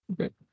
Okay